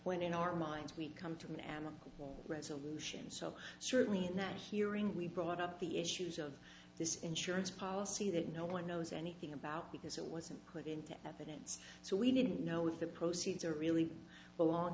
when in our minds we come to an amicable resolution so certainly in that hearing we brought up the issues of this insurance policy that no one knows anything about because it wasn't put into evidence so we didn't know if the proceeds are really wel